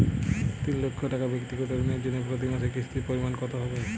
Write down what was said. তিন লক্ষ টাকা ব্যাক্তিগত ঋণের জন্য প্রতি মাসে কিস্তির পরিমাণ কত হবে?